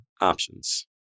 options